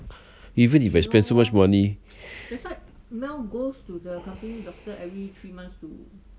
even if I spend so much money